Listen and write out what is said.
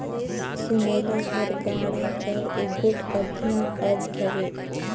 सुमेला हर गाड़ा कर एगोट अभिन अग हवे